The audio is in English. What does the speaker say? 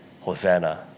Hosanna